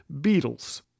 beetles